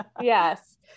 yes